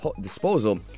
disposal